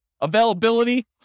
Availability